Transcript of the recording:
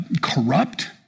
corrupt